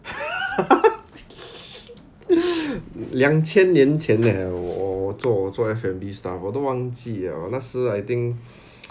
两千年前 eh 我我做我做 F&B stuff 我都忘记了那时 I think